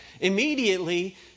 immediately